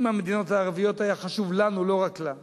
עם המדינות הערביות, היה חשוב לנו, לא רק לה.